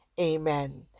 amen